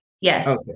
Yes